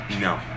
No